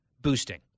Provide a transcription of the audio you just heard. boosting